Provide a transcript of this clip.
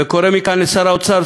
וקורא מכאן לשר האוצר,